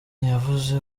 yavuze